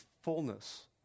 fullness